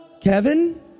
Kevin